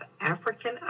African